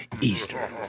Easter